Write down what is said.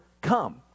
come